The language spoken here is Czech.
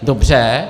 Dobře.